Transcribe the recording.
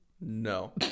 No